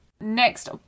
next